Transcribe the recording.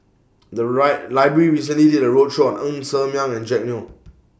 The Library recently did A roadshow Ng Ser Miang and Jack Neo